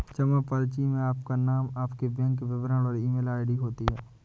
जमा पर्ची में आपका नाम, आपके बैंक विवरण और ईमेल आई.डी होती है